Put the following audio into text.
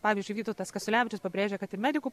pavyzdžiui vytautas kasiulevičius pabrėžė kad ir medikų